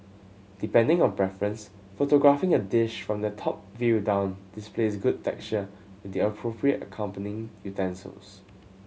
depending on preference photographing a dish from the top view down displays good texture with the appropriate accompanying utensils